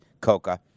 Coca